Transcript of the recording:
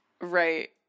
right